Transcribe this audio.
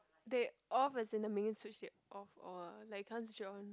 they off as in the main switch they off or like can't switch it on